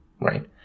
right